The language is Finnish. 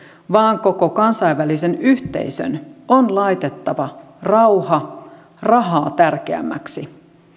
vaan koko kansainvälisen yhteisön on laitettava rauha rahaa tärkeämmäksi